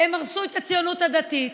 הם הרסו את הציונות הדתית,